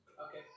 Okay